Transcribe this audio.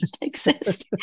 exist